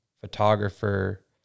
photographer